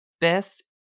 best